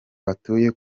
batuye